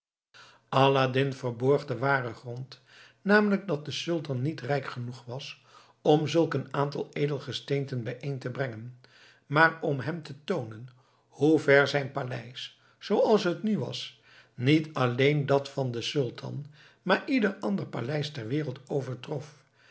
aladdin verborg den waren grond namelijk dat de sultan niet rijk genoeg was om zulk een aantal edelgesteenten bijeen te brengen maar om hem te toonen hoe ver zijn paleis zooals het nu was niet alleen dat van den sultan maar ieder ander paleis ter wereld overtrof